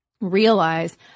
realize